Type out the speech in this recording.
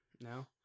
No